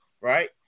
Right